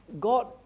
God